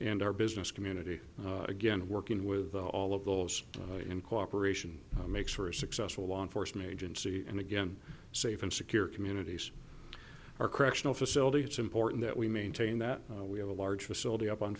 and our business community again working with all of those in cooperation makes for a successful law enforcement agency and again safe and secure communities our correctional facility it's important that we maintain that we have a large facility up on